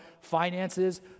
finances